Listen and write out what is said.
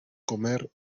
comer